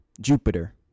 Jupiter